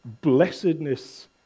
blessedness